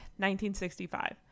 1965